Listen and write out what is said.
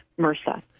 MRSA